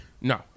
No